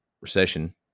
recession